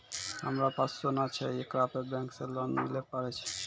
हमारा पास सोना छै येकरा पे बैंक से लोन मिले पारे छै?